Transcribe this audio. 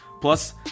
Plus